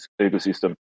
ecosystem